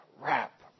wrap